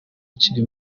akiri